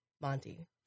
Monty